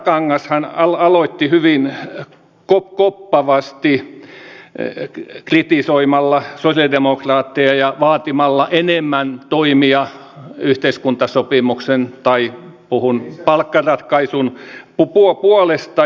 edustaja rantakangashan aloitti hyvin koppavasti kritisoimalla sosialidemokraatteja ja vaatimalla enemmän toimia yhteiskuntasopimuksen tai palkkaratkaisun puolesta